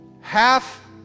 Half